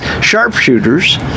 sharpshooters